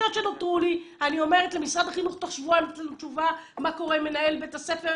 תוך שבועיים תנו לנו תשובה מה קורה עם מנהל בית הספר.